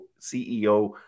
CEO